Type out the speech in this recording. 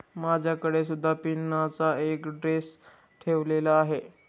माझ्याकडे सुद्धा पिनाचा एक ड्रेस ठेवलेला आहे